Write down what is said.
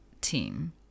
team